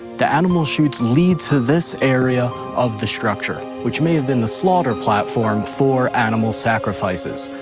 the animal chutes lead to this area of the structure, which may have been the slaughter platform for animal sacrifices.